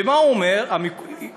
ומה הוא אומר עוד?